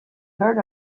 heard